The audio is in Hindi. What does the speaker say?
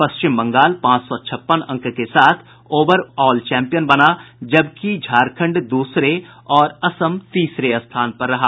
पश्चिम बंगाल पांच सौ छप्पन अंक के साथ ओवर ऑल चैंपियन बना जबकि झारखण्ड दूसरे और असम तीसरे स्थान पर रहा